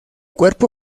cuerpo